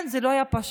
כן, זה לא היה פשוט.